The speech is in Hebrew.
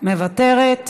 מוותרת.